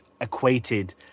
equated